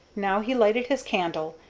now he lighted his candle,